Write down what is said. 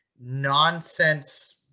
nonsense